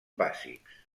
bàsics